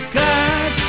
god